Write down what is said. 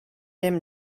him